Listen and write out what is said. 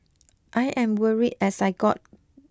I am worried as I got